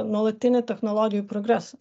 nuolatinį technologijų progresą